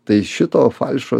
tai šito falšo